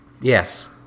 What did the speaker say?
Yes